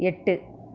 எட்டு